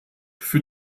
für